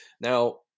now